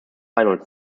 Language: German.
reinhold